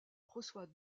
reçoit